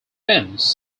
hence